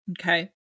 Okay